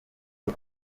iyo